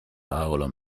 paolo